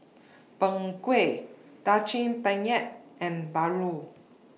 Png Kueh Daging Penyet and Paru